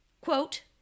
Quote